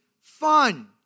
fun